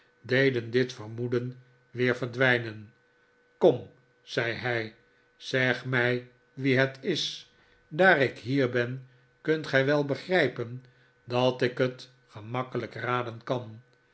deden dit vermoeden weer verdwijnen t kom zei hij zeg mij wie het is daar ik hier ben kunt gij wel begrijpen dat ik het gemakkelijk raden kan